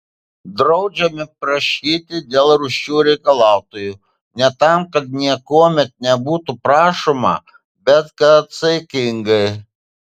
draudžiame prašyti dėl rūsčių reikalautojų ne tam kad niekuomet nebūtų prašoma bet kad saikingai